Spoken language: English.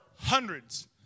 hundreds